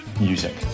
music